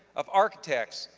of architects,